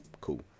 Cool